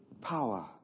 power